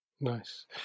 Nice